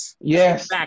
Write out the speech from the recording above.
Yes